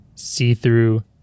see-through